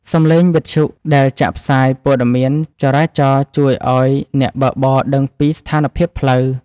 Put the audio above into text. សំឡេងវិទ្យុដែលចាក់ផ្សាយព័ត៌មានចរាចរណ៍ជួយឱ្យអ្នកបើកបរដឹងពីស្ថានភាពផ្លូវ។